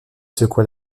secoua